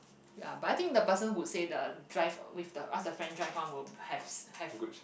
ya but I think the person who say the drive with the ask the friend drive [one] will have have